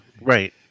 right